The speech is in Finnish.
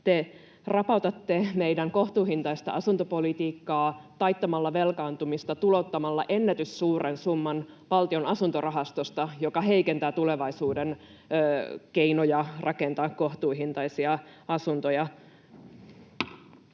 Te rapautatte meidän kohtuuhintaista asuntopolitiikkaamme taittamalla velkaantumista tulouttamalla ennätyssuuren summan Valtion asuntorahastosta, mikä heikentää tulevaisuuden keinoja rakentaa kohtuuhintaisia asuntoja.